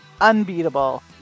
unbeatable